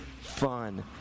fun